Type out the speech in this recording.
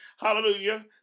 hallelujah